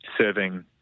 serving